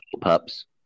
pups